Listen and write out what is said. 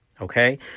Okay